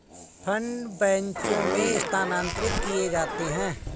fund बैचों में स्थानांतरित किए जाते हैं